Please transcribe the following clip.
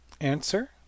Answer